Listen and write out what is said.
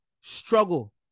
struggle